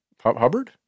Hubbard